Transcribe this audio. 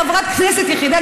חברת כנסת יחידה,